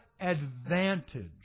advantage